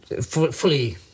fully